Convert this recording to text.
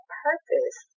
purpose